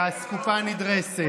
לאסקופה נדרסת.